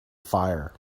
fire